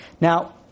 Now